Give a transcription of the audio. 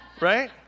Right